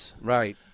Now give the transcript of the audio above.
right